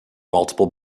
multiple